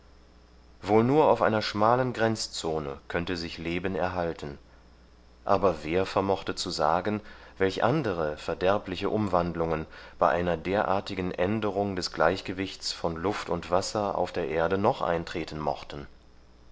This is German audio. wohl nur auf einer schmalen grenzzone könnte sich leben erhalten aber wer vermochte zu sagen welch andere verderbliche umwandlungen bei einer derartigen änderung des gleichgewichts von luft und wasser auf der erde noch eintreten mochten